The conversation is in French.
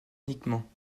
uniquement